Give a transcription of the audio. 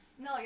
No